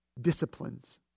disciplines